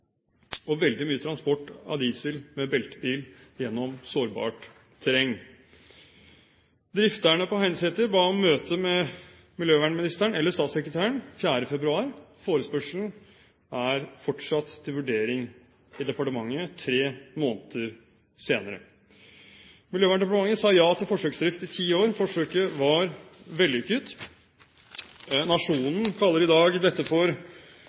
og veldig mye transport av diesel med beltebil gjennom sårbart terreng. Drifterne på Heinseter ba om møte med miljøvernministeren eller statssekretæren 4. februar. Forespørselen er fortsatt til vurdering i departementet, tre måneder senere. Miljøverndepartementet sa ja til forsøksdrift i ti år. Forsøket var vellykket. Nationen sier i dag at dette avslaget «framstår som molbohistorier om miljøbyråkratiets utrettelige virke for